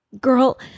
Girl